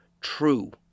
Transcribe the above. true